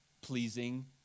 pleasing